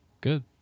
Good